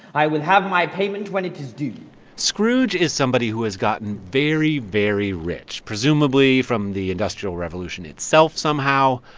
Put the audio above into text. i will have my payment when it is due scrooge is somebody who has gotten very, very rich, presumably from the industrial revolution itself somehow.